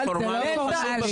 הפורמלי חשוב בבית הזה.